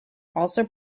also